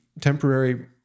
temporary